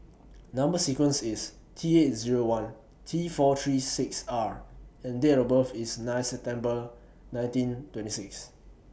Number sequence IS T eight Zero one T four three six R and Date of birth IS nine September nineteen twenty six